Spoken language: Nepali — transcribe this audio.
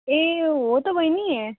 ए हो त बहिनी